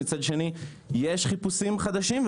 מצד שני יש חיפושים חדשים.